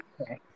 Okay